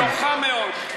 היא נוחה מאוד.